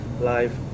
live